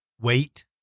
Wait